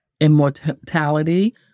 immortality